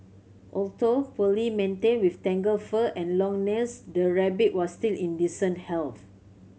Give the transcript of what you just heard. although poorly maintained with tangled fur and long nails the rabbit was still in decent health